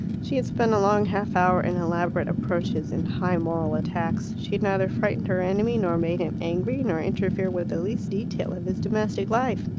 she had spent a long half-hour in elaborate approaches, in high moral attacks she had neither frightened her enemy nor made him angry, nor interfered with the least detail of his domestic life.